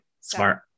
Smart